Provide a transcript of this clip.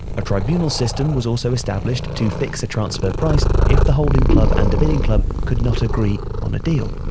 a tribunal system was also establish to fix a transfer price if the holding club and bidding club could not agree on a deal.